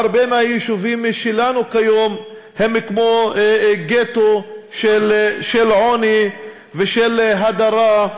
הרבה מהיישובים שלנו היום הם כמו גטו של עוני ושל הדרה,